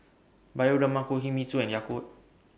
Bioderma Kinohimitsu and Yakult